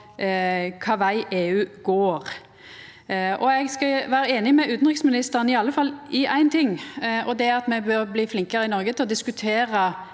og kva veg EU går. Eg skal vera einig med utanriksministeren i iallfall éin ting, og det er at me bør bli flinkare i Noreg til å diskutera